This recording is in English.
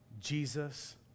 jesus